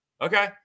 okay